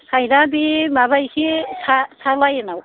साइडया बे माबा एसे सा सा लाइनआव